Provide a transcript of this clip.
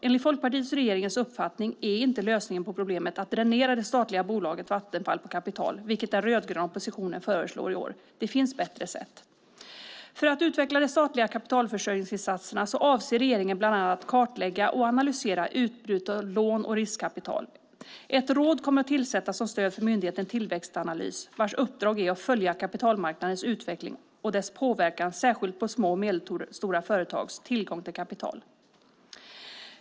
Enligt Folkpartiets och regeringens uppfattning är inte lösningen på problemet att dränera det statliga bolaget Vattenfall på kapital, vilket den rödgröna oppositionen föreslår. Det finns bättre sätt. För att utveckla de statliga kapitalförsörjningsinsatserna avser regeringen bland annat att kartlägga och analysera utbudet av lån och riskkapital. Ett råd kommer att inrättas som stöd för myndigheten Tillväxtanalys. Uppdraget är att följa kapitalmarknadens utveckling och dess påverkan, särskilt på små och medelstora företags tillgång till kapital.